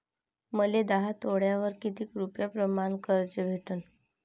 मले दहा तोळे सोन्यावर कितीक रुपया प्रमाण कर्ज भेटन?